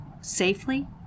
safely